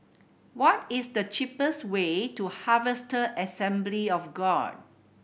what is the cheapest way to Harvester Assembly of God